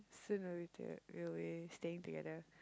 soon we'll be toget~ we'll be staying together